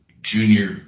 junior